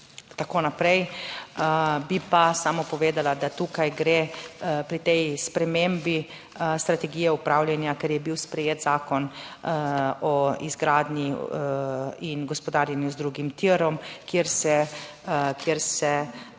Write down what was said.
tako naprej. Bi pa samo povedala, da tukaj gre pri tej spremembi strategije upravljanja, ker je bil sprejet Zakon o izgradnji in gospodarjenju z drugim tirom, kjer se